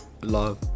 love